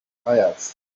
pius